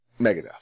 Megadeth